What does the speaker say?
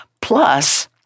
Plus